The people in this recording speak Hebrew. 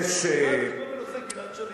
כמעט כמו בנושא גלעד שליט.